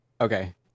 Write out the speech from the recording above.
Okay